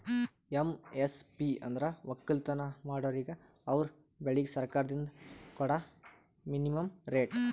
MSP ಅಂದ್ರ ವಕ್ಕಲತನ್ ಮಾಡೋರಿಗ ಅವರ್ ಬೆಳಿಗ್ ಸರ್ಕಾರ್ದಿಂದ್ ಕೊಡಾ ಮಿನಿಮಂ ರೇಟ್